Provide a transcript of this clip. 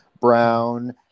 brown